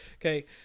Okay